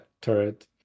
turret